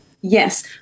Yes